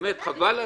באמת, חבל.